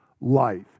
life